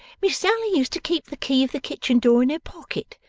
miss sally used to keep the key of the kitchen door in her pocket,